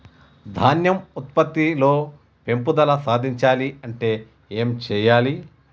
ధాన్యం ఉత్పత్తి లో పెంపుదల సాధించాలి అంటే ఏం చెయ్యాలి?